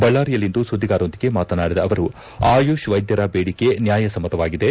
ಬಳ್ಳಾರಿಯಲ್ಲಿಂದು ಸುದ್ದಿಗಾರರೊಂದಿಗೆ ಮಾತನಾಡಿದ ಅವರು ಆಯುಷ್ ವೈದ್ಯರ ಬೇಡಿಕೆ ನ್ಯಾಯಸಮ್ಮತವಾಗಿದೆ